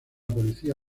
policía